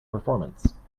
performance